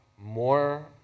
more